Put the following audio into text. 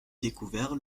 découvert